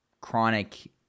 chronic